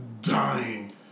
dying